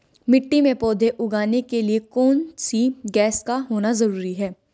मिट्टी में पौधे उगाने के लिए कौन सी गैस का होना जरूरी है?